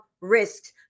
risks